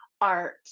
art